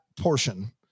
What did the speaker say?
portion